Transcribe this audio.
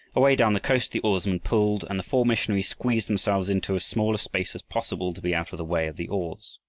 away down the coast the oarsmen pulled, and the four missionaries squeezed themselves into as small a space as possible to be out of the way of the oars.